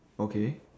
okay